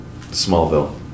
Smallville